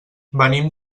venim